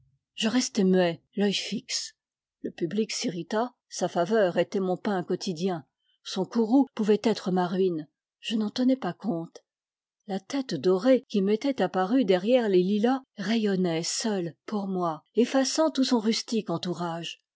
je restai muet l'œil fixe le public s'irrita sa faveur était mon pain quotidien son courroux pouvait être ma ruine je n'en tenais pas compte la tête dorée qui m'était apparue derrière les lilas rayonnait seule pour moi effaçant tout son rustique entourage